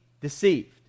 deceived